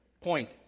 Point